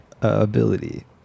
ability